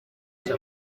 cyo